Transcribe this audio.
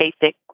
basic